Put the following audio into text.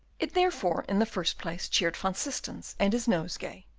it therefore, in the first place, cheered van systens and his nosegay,